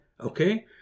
okay